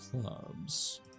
clubs